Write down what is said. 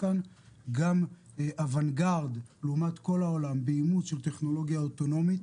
גם אוונגארד לעומת כל העולם באימוץ של טכנולוגיה אוטונומית.